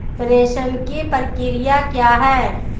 प्रेषण की प्रक्रिया क्या है?